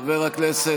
חבר הכנסת,